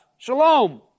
Shalom